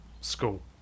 school